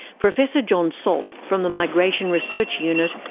professor john salt from the migration research unit,